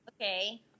Okay